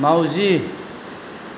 माउजि